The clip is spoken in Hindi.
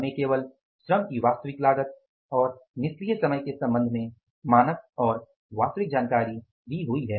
हमें केवल श्रम की वास्तविक लागत और निष्क्रिय समय के संबंध में मानक और वास्तविक जानकारी दी हुई है